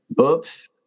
Oops